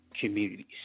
communities